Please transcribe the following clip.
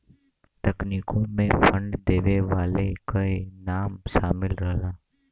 तकनीकों मे फंड देवे वाले के नाम सामिल रहला